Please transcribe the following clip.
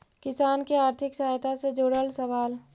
किसान के आर्थिक सहायता से जुड़ल सवाल?